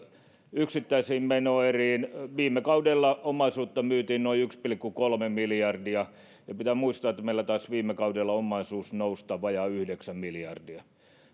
yksittäisten menoerien rahoittamiseksi viime kaudella omaisuutta myytiin noin yksi pilkku kolme miljardia ja pitää muistaa että meillä taisi viime kaudella omaisuus nousta vajaa yhdeksän miljardia